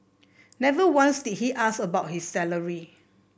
never once did he ask about his salary